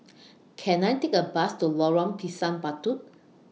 Can I Take A Bus to Lorong Pisang Batu